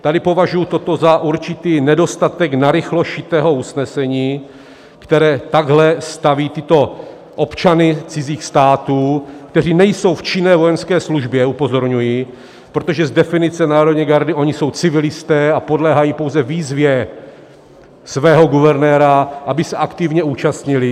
Tady považuji toto za určitý nedostatek narychlo šitého usnesení, které takhle staví tyto občany cizích států, kteří nejsou v činné vojenské službě, upozorňuji, protože z definice národní gardy oni jsou civilisté a podléhají pouze výzvě svého guvernéra, aby se aktivně účastnili.